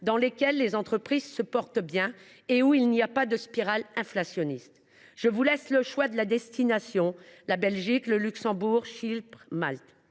dans lesquels les entreprises se portent à merveille et où il n’y a pas de spirale inflationniste. Je vous laisse le choix de la destination : Belgique, Luxembourg, Chypre ou Malte.